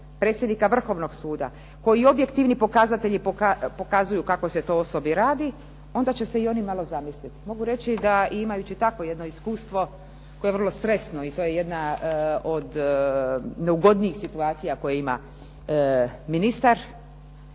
predsjednika Vrhovnog suda, koji objektivni pokazatelji pokazuju kako se toj osobi radi, onda će se i oni malo zamisliti. Mogu reći i imajući jedno takvo iskustvo koje je vrlo stresno i to je jedna od neugodnijih situacija koje ima ministar,